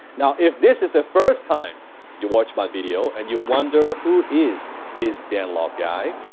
now if this is the first time you watch my video, and you wonder who is this dan lok guy,